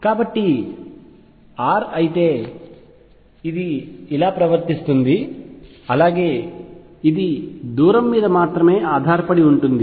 కాబట్టి ఇది r అయితే ఇది ఇలా ప్రవర్తిస్తుంది అలాగే ఇది దూరం మీద మాత్రమే ఆధారపడి ఉంటుంది